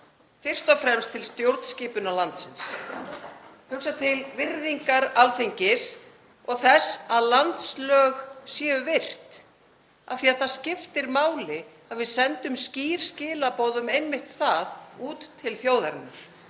fyrst og fremst til stjórnskipunar landsins, hugsa til virðingar Alþingis og þess að landslög séu virt. Það skiptir máli að við sendum skýr skilaboð um einmitt það út til þjóðarinnar.